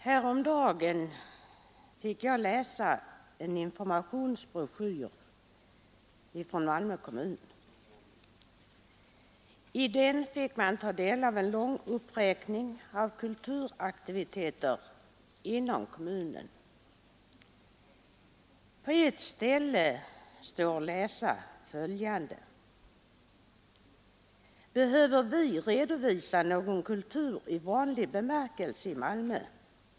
Herr talman! Häromdagen läste jag en informationsbroschyr från Malmö kommun. I den fick man ta del av en lång uppräkning av kulturaktiviteter inom kommunen. På ett ställe kunde man läsa följande: ”Behöver vi redovisa någon kultur i vanlig bemärkelse i Malmö?